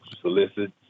solicit